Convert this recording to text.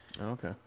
Okay